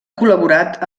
col·laborat